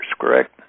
correct